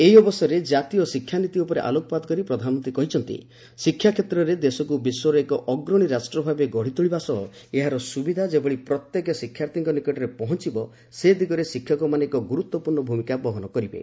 ଏହି ଅବସରରେ ଜାତୀୟ ଶିକ୍ଷାନୀତି ଉପରେ ଆଲୋକପାତ କରି ପ୍ରଧାନମନ୍ତ୍ରୀ କହିଛନ୍ତି ଶିକ୍ଷା କ୍ଷେତ୍ରରେ ଦେଶକୁ ବିଶ୍ୱର ଏକ ଅଗ୍ରଣୀ ରାଷ୍ଟ୍ର ଭାବେ ଗଢ଼ିତୋଳିବା ସହ ଏହାର ସୁବିଧା ଯେଭଳି ପ୍ରତ୍ୟେକ ଶିକ୍ଷାର୍ଥୀଙ୍କ ନିକଟରେ ପହଞ୍ଚିବ ସେ ଦିଗରେ ଶିକ୍ଷକମାନେ ଏକ ଗୁରୁତ୍ୱପୂର୍ଣ୍ଣ ଭୂମିକା ବହନ କରିବେ